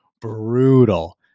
brutal